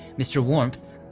mr warmth,